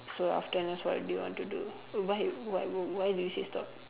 so after N_S what do you want to do oh bhai why why do you say stop